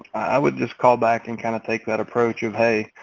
i would just call back and kind of take that approach of, hey,